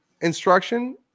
instruction